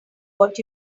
what